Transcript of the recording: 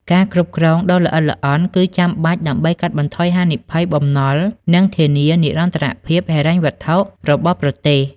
ការគ្រប់គ្រងដ៏ល្អិតល្អន់គឺចាំបាច់ដើម្បី កាត់បន្ថយហានិភ័យបំណុល និងធានានិរន្តរភាពហិរញ្ញវត្ថុរបស់ប្រទេស។